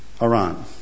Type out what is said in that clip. Iran